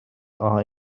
are